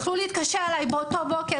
יכלו להתקשר אלי באותו בוקר,